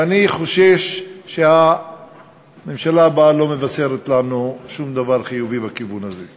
ואני חושש שהממשלה הבאה לא מבשרת לנו שום דבר חיובי בכיוון הזה.